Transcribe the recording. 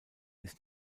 ist